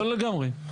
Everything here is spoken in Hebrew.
כן, לגמרי.